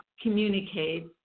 communicate